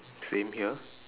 same here